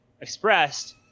expressed